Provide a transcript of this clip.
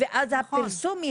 נכון,